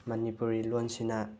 ꯃꯅꯤꯄꯨꯔꯤ ꯂꯣꯟꯁꯤꯅ